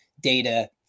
data